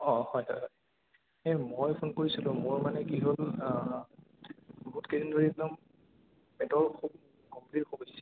অঁ হয় হয় হয় এই মই ফোন কৰিছিলোঁ মোৰ মানে কি হ'ল বহুত কেইদিন ধৰি একদম পেটৰ অসুখ কমপ্লিট অসুখ হৈছে আৰু